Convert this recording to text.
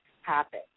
happen